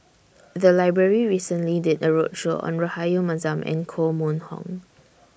The Library recently did A roadshow on Rahayu Mahzam and Koh Mun Hong